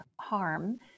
harm